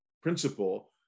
principle